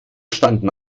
standen